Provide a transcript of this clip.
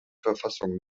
verfassung